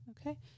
Okay